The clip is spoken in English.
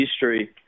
history